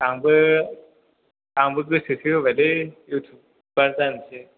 आंबो आंबो गोसोसो होबायलै इउटुउबार जानोसै